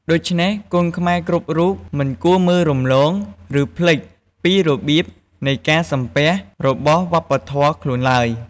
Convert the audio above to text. ដូច្នេះកូនខ្មែរគ្រប់រូបមិនគួរមើលរំលង ឬ ភ្លេចពីរបៀបនៃការសំពះរបស់វប្បធម៌ខ្លួនឡើយ។